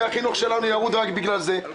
החינוך שלנו ירוד רק בגלל זה.